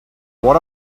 what